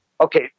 Okay